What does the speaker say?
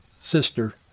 sister